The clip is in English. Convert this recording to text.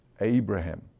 Abraham